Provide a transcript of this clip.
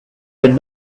had